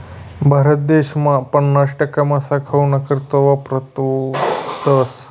भारत देसमा पन्नास टक्का मासा खावाना करता वापरावतस